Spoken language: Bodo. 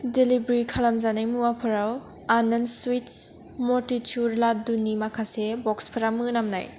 डेलिवारि खालामजानाय मुवाफोराव आनन्द सुइट्स म'टिचुर लादुनि माखासे ब'क्सफोरा मोनामनाय